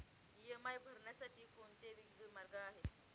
EMI भरण्यासाठी कोणते वेगवेगळे मार्ग आहेत?